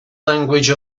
language